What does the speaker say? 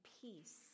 peace